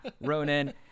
Ronan